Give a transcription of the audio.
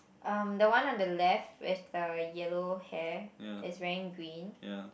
um the one on the left with the yellow hair is wearing green